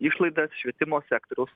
išlaidas švietimo sektoriaus